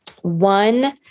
One